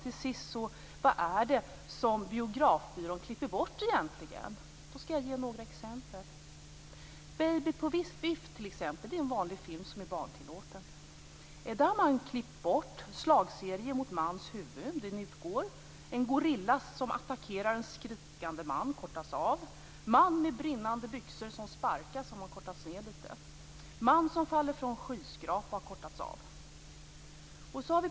Till sist: Vad är det som Biografbyrån klipper bort? Jag skall ge några exempel från ett antal filmer. Baby på vift är en film som är barntillåten. I den har man klippt bort en slagserie mot en mans huvud. Den utgår. En del där en gorilla attackerar en skrikande man kortas av. En del där en man med brinnande byxor sparkas kortas av. En del där en man faller från en skyskrapa kortas av.